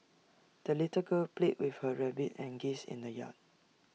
the little girl played with her rabbit and geese in the yard